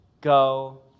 go